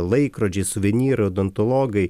laikrodžiai suvenyrai odontologai